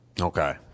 okay